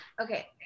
Okay